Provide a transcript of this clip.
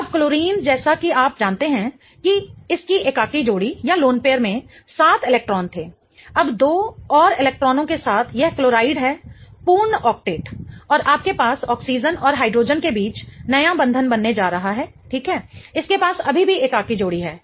अब क्लोरीन जैसा कि आप जानते हैं कि इसकी एकाकी जोड़ी में 7 इलेक्ट्रॉन थे अब दो और इलेक्ट्रॉनों के साथ यह क्लोराइड है पूर्ण ऑक्टेट और आपके पास ऑक्सीजन और हाइड्रोजन के बीच नया बंधन बनने जा रहा है ठीक है इसके पास अभी भी एकाकी जोड़ी है